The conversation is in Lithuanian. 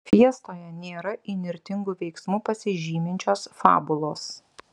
fiestoje nėra įnirtingu veiksmu pasižyminčios fabulos